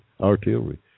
artillery